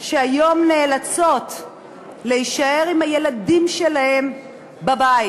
שהיום נאלצות להישאר עם הילדים שלהן בבית.